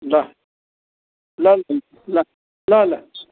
ल ल ल ल ल ल